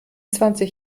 zwanzig